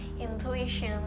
intuition